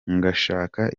ngashaka